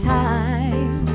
time